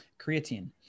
creatine